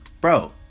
Bro